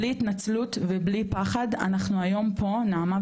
בלי התנצלות ובלי פחד אנחנו היום פה נעמה,